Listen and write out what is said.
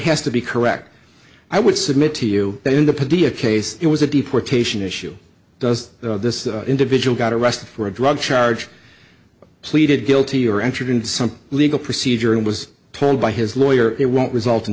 has to be correct i would submit to you that in the padilla case it was a deportation issue does this individual got arrested for a drug charge pleaded guilty or entered some legal procedure and was told by his lawyer it won't result in